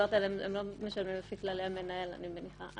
משלמים לפי כללי המנהל אני מניחה,